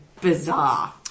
bizarre